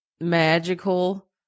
magical